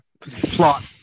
plot